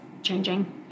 changing